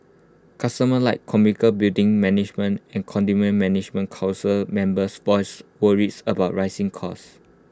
customers like commercial building management and condominium management Council members voiced worries about rising costs